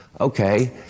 Okay